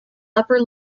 upper